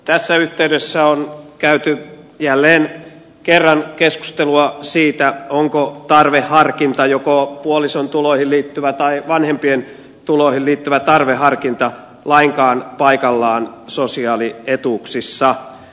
tässä yhteydessä on käyty jälleen kerran keskustelua siitä onko tarveharkinta joko puolison tuloihin liittyvä tai vanhempien tuloihin liittyvä tarveharkinta lainkaan paikallaan sosiaalietuuksissa